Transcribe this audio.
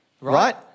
right